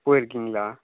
போயிருக்கீங்களா